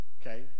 Okay